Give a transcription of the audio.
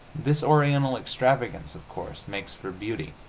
this oriental extravagance, of course, makes for beauty,